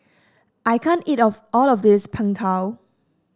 I can't eat of all of this Png Tao